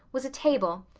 was a table,